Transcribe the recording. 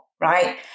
right